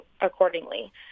accordingly